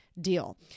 deal